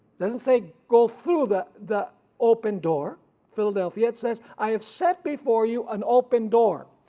doesn't say go through the the open door philadelphia, it says i have set before you an open door,